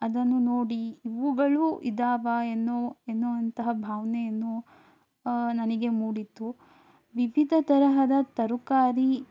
ಅದನ್ನು ನೋಡಿ ಇವುಗಳೂ ಇದ್ದಾವಾ ಎನ್ನೋ ಎನ್ನುವಂತಹ ಭಾವನೆಯನ್ನು ನನಗೆ ಮೂಡಿತ್ತು ವಿವಿಧ ತರಹದ ತರಕಾರಿ